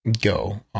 go